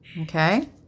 Okay